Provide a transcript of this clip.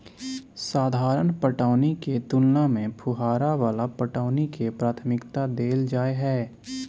साधारण पटौनी के तुलना में फुहारा वाला पटौनी के प्राथमिकता दैल जाय हय